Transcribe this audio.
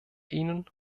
ihnen